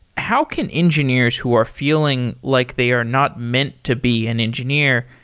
how can engineers who are feeling like they are not meant to be an engineer,